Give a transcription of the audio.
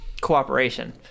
cooperation